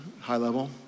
high-level